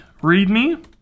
readme